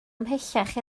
ymhellach